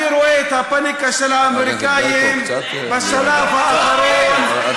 אני רואה את הפניקה של האמריקנים בשלב האחרון,